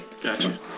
Gotcha